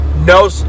no